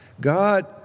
God